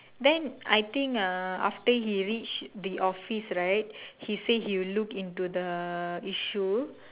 then I think uh after he reach the office right he say he will look into the issue